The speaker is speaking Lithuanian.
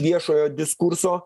viešojo diskurso